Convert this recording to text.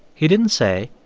he didn't say,